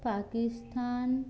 Pakistan